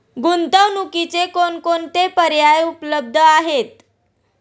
गुंतवणुकीचे कोणकोणते पर्याय उपलब्ध आहेत?